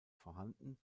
vorhanden